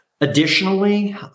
Additionally